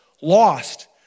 lost